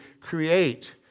create